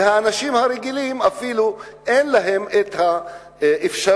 האנשים הרגילים, אפילו אין להם האפשרות